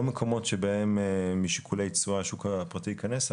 לא במקומות שבהם משיקולי תשואה השוק הפרטי ייכנס,